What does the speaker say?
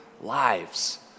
lives